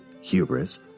Hubris